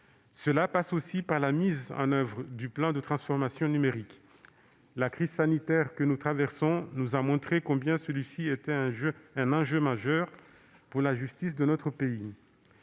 Cela passe aussi par la mise en oeuvre du plan de transformation numérique. La crise sanitaire que nous traversons nous a montré combien celui-ci était un enjeu majeur pour la justice de notre pays.